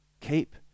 Keep